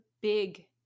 big